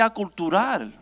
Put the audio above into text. cultural